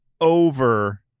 over